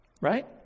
right